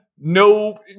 no